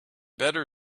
better